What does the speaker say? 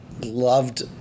Loved